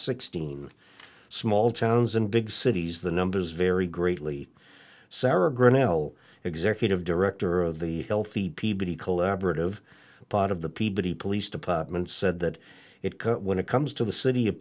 sixteen small towns and big cities the numbers vary greatly sarah grinnell executive director of the healthy peabody collaborative part of the peabody police department said that it current when it comes to the city of